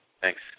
Thanks